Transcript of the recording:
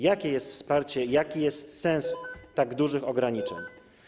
Jakie jest wsparcie, jaki jest sens tak dużych ograniczeń?